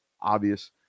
obvious